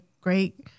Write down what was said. great